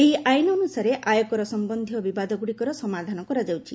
ଏହି ଆଇନ ଅନୁସାରେ ଆୟକର ସମ୍ବନ୍ଧୀୟ ବିବାଦଗୁଡ଼ିକର ସମାଧାନ କରାଯାଉଛି